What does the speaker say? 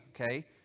okay